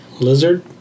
lizard